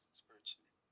spiritually